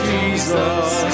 Jesus